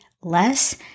less